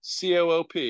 COOP